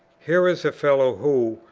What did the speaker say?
here is a fellow who,